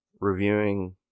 reviewing